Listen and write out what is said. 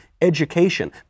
Education